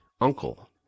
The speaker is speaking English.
uncle